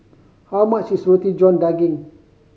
how much is Roti John Daging